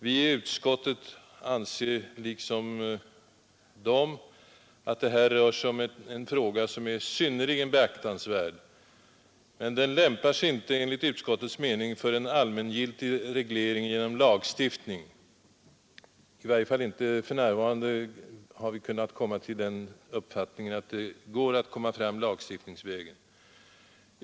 Vi i utskottet anser liksom motionärerna att det här rör sig om en fråga som är synnerligen beaktansvärd, men den lämpar sig inte enligt utskottets mening för en allmängiltig reglering genom lagstiftning — för närvarande har vi i varje fall inte kunnat komma till den uppfattningen att det här går att effektivt lösa frågan lagstiftningsvägen.